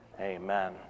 Amen